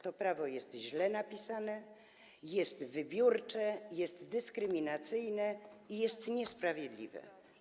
To prawo jest źle napisane, jest wybiórcze, jest dyskryminacyjne i jest niesprawiedliwe.